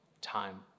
time